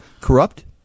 corrupt